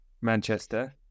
Manchester